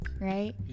right